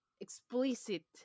explicit